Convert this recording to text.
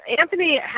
Anthony